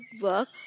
work